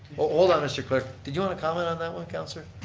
hold on mr. clerk. did you want to comment on that one councillor?